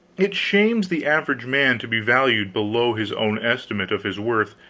it shames the average man to be valued below his own estimate of his worth,